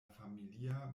familia